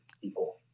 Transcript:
people